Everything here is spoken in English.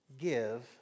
give